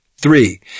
Three